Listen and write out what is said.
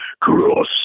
cross